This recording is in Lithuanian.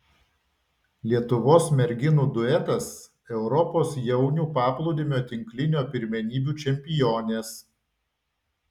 lietuvos merginų duetas europos jaunių paplūdimio tinklinio pirmenybių čempionės